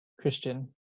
Christian